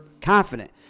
confident